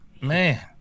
Man